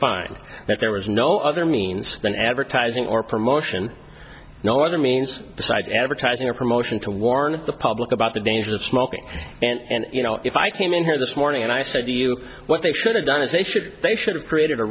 that there was no other means than advertising or promotion no other means besides advertising or promotion to warn the public about the dangers of smoking and you know if i came in here this morning and i said to you what they should have done is they should they should have created a